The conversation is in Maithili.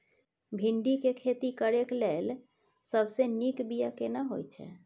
भिंडी के खेती करेक लैल सबसे नीक बिया केना होय छै?